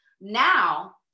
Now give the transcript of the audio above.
now